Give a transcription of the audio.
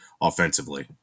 offensively